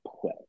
play